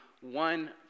one